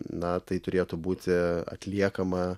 na tai turėtų būti atliekama